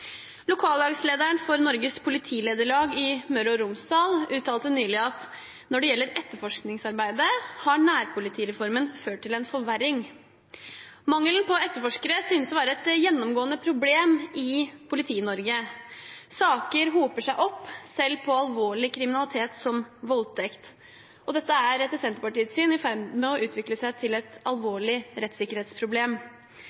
Lokallagslederen for Norges Politilederlag i Møre og Romsdal uttalte nylig: «Når det gjelder etterforskingsarbeidet har nærpolitireformen ført til en forverring.» Mangelen på etterforskere synes å være et gjennomgående problem i Politi-Norge. Saker hoper seg opp selv for alvorlig kriminalitet som voldtekt. Dette er etter Senterpartiets syn i ferd med å utvikle seg til et